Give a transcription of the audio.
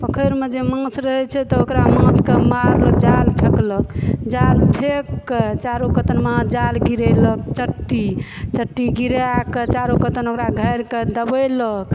पोखरिमे जे माँछ रहै छै तऽ ओकरा माँछके मारलक जाल फेकलक जाल फेक कऽ चारु कात माहऽ जाल गिरेलक चट्टी चट्टी गिराए कऽ चारो कतन ओकरा गाइर कऽ दबेलक